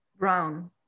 Brown